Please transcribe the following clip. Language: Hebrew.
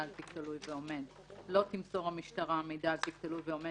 על תיק תלוי ועומד "לא תמסור המשטרה מידע על תיק תלוי ועומד